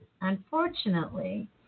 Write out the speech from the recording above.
Unfortunately